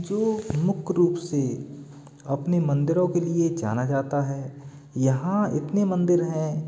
जो मुख्य रूप से अपने मदिरों के लिए जाना जाता है यहाँ इतने मंदिर हैं